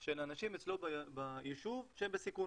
של האנשים אצלו בישוב שהם בסיכון